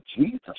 Jesus